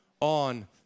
on